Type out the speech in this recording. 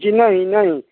जी नहीं नहीं